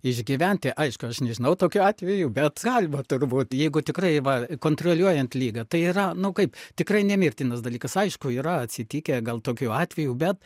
išgyventi aišku aš nežinau tokių atvejų bet galima turbūt jeigu tikrai va kontroliuojant ligą tai yra nu kaip tikrai nemirtinas dalykas aišku yra atsitikę gal tokių atvejų bet